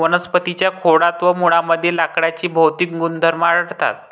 वनस्पतीं च्या खोडात व मुळांमध्ये लाकडाचे भौतिक गुणधर्म आढळतात